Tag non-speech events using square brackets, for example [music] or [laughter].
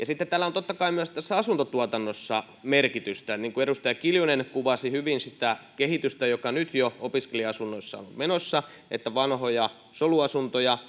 [unintelligible] sitten tällä on totta kai myös tässä asuntotuotannossa merkitystä edustaja kiljunen kuvasi hyvin sitä kehitystä joka nyt jo opiskelija asunnoissa on menossa että vanhoja soluasuntoja [unintelligible]